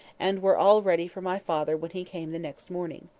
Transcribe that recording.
and were all ready for my father when he came the next morning.